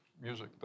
music